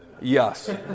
Yes